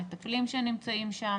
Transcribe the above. המטפלים שנמצאים שם.